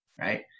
Right